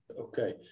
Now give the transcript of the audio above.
Okay